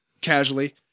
casually